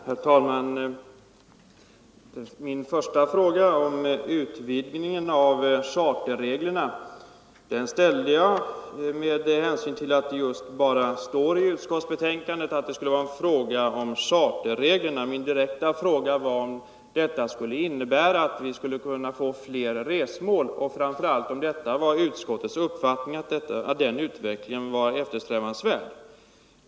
Herr talman! Min fråga angående utvidgningen av charterreglerna ställde jag med hänsyn till att det i utskottsbetänkandet bara står att det skulle vara en fråga om charterreglerna. Min direkta fråga var om detta innebär att vi skulle kunna få fler resmål och framför allt om det var utskottets uppfattning att en sådan utveckling vore eftersträvansvärd.